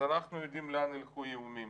אז אנחנו יודעים לאן ילכו האיומים,